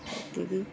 ତିରିଶ